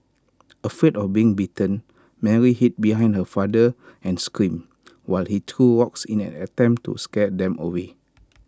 afraid of getting bitten Mary hid behind her father and screamed while he threw rocks in an attempt to scare them away